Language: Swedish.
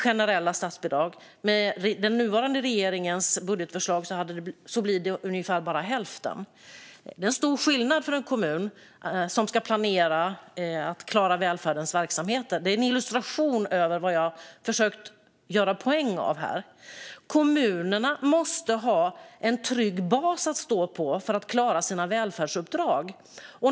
Men med den nuvarande regeringens budget blir det bara ungefär hälften. Det är en stor skillnad för en kommun som ska planera och klara välfärdens verksamheter. Detta är en illustration av den poäng jag har försökt göra här. Kommunerna måste ha en trygg bas att stå på för att klara sina välfärdsuppdrag.